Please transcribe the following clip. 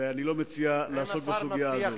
ואני לא מציע לעסוק בסוגיה הזאת.